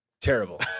Terrible